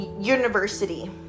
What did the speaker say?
University